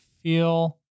feel